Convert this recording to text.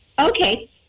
Okay